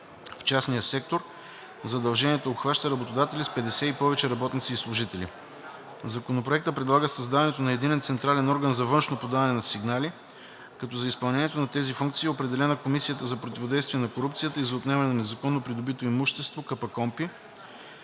В частния сектор задължението обхваща работодатели с 50 и повече работници и служители. Законопроектът предлага създаването на единен централен орган за външно подаване на сигнали, като за изпълнението на тези функции е определена Комисията за противодействие на корупцията и за отнемане на незаконно придобитото имущество (КПКОНПИ).